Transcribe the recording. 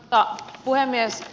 arvoisa puhemies